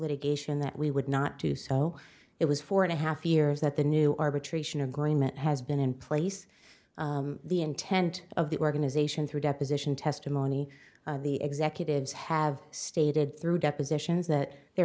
litigation that we would not do so it was four and a half years that the new arbitration agreement has been in place the intent of the organization through deposition testimony the executives have stated through depositions that their